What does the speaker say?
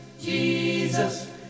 Jesus